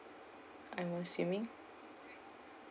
I'm assuming